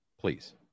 please